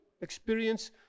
experience